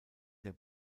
der